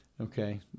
Okay